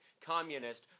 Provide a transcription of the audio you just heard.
communist